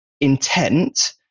intent